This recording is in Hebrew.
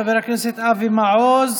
חבר הכנסת אבי מעוז,